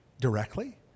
directly